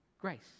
Grace